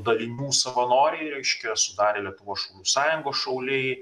dalinių savanoriai reiškia sudarė lietuvos šaulių sąjungos šauliai